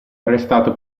arrestato